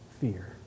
fear